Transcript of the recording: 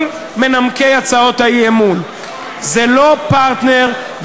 לכל מנמקי הצעות האי-אמון: זה לא פרטנר,